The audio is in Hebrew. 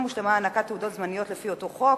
הושלמה הענקת תעודות זמניות לפי אותו חוק,